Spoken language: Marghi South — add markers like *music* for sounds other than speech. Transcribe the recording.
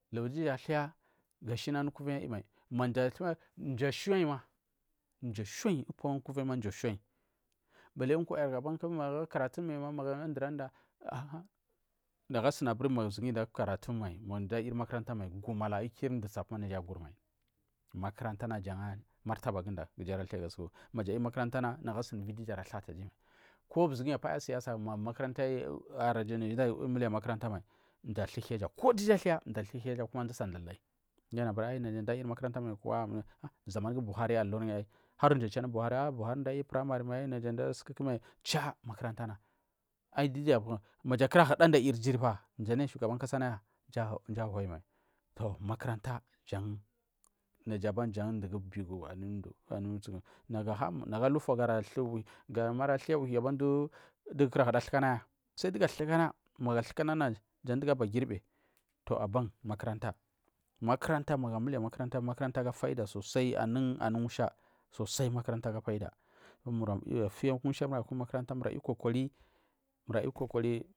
*unintelligible* ga shina anu kurain a imai mji a shuai mji shuai upma kuvai ma mji shuai, balai kwai rafai kuma karatun magu a dur anuda ma maburma zur giyi inda milai makaranta mai gu kwai ukir mji nagum ma makaranta na jangu martaba guda makuranta na nagu asuni ivi du a thatu a dimai, ko zur giyi a paya siyasa ma mji a thuw haijja ko duja a thai ma mji asi dalai, ko zaman gu buhari nama mji anu naja nda milai makuranta mai maja nda hara irita nda a nayi shugaban kasa naya, to makaranta ja bigu anu mdu nagu a mai alufa ga thu wai dugu kira thukanaya sai dugu a thukana magu a thukana jan dugu aba girbi, to aban makaranta makaranta magu a milai makaranta a ga faida sosai anun anu musha sosai makaranta aga faida mur ayi kokuri ayi kokuri.